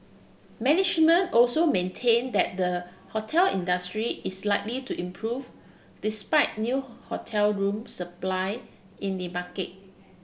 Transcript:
management also maintain that the hotel industry is likely to improve despite new hotel room supply in the market